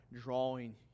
drawing